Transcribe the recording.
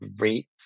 Rate